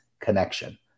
connection